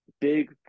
big